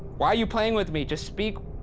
why are you playing with me? just speak.